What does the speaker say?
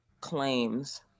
claims